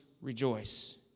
rejoice